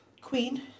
Queen